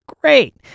great